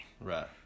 right